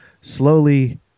slowly